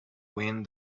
wind